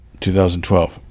2012